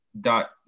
dot